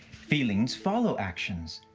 feelings follow actions.